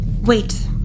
wait